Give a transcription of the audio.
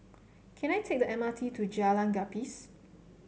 can I take the M R T to Jalan Gapis